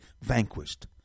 vanquished